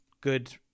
good